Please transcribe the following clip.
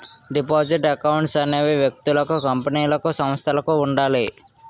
deposit accounts అనేవి వ్యక్తులకు కంపెనీలకు సంస్థలకు ఉండాలి